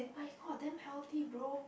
my god damn healthy bro